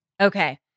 Okay